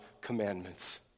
commandments